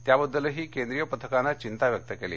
त्याबद्दलही केंद्रीय पथकानं चिंता व्यक्त केली